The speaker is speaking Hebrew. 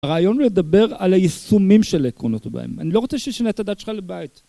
הרעיון הוא לדבר על היישומים של עקרונות ובהם. אני לא רוצה שתשנה את הדת שלך לבהאית.